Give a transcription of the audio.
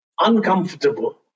uncomfortable